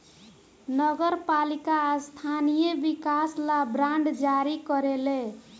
नगर पालिका स्थानीय विकास ला बांड जारी करेले